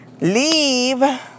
leave